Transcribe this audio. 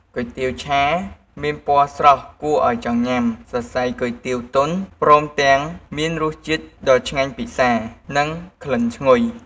គុយទាវឆាមានពណ៌ស្រស់គួរឱ្យចង់ញ៉ាំ សរសៃគុយទាវទន់ ព្រមទាំងមានរសជាតិដ៏ឆ្ងាញ់ពិសា និងក្លិនឈ្ងុយ។